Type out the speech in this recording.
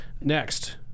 Next